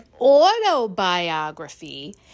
autobiography